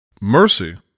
mercy